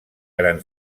gran